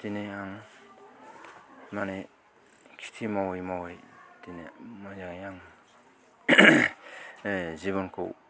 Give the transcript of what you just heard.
दिनै आं माने खेथि मावै मावै दिनै मोजाङै आं जिबनखौ